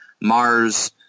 mars